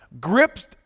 gripped